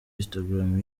instagram